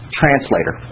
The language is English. translator